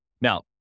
Now